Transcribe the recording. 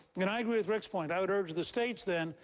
and i agree with rick's point. i would urge the states, then,